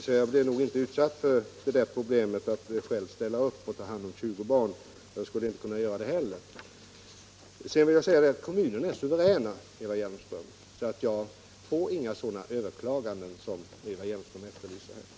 Så jag blir nog inte utsatt för det där problemet att själv behöva ställa upp och ta hand om 20 barn — och jag skulle inte kunna göra det heller. Sedan vill jag säga att kommunerna är suveräna, och jag får inga sådana överklaganden som Eva Hjelmström efterlyser här.